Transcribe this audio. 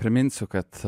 priminsiu kad